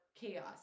chaos